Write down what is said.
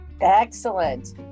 Excellent